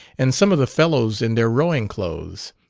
and some of the fellows in their rowing-clothes.